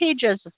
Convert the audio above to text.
pages